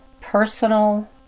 personal